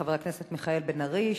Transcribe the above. חבר הכנסת מיכאל בן-ארי,